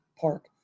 Park